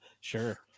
Sure